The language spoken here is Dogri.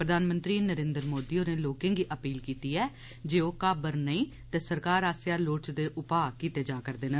प्रघानमंत्री नरेन्द्र मोदी होरें लोकें गी अपील कीती ऐ जे ओह् घबरान नेईं ते सरकार आस्सेआ लोड़चदे उपाऽ कीते जा'रदे न